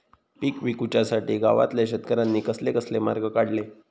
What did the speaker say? पीक विकुच्यासाठी गावातल्या शेतकऱ्यांनी कसले कसले मार्ग काढले?